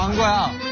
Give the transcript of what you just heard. well,